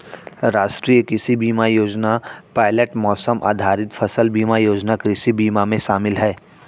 राष्ट्रीय कृषि बीमा योजना पायलट मौसम आधारित फसल बीमा योजना कृषि बीमा में शामिल है